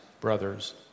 brothers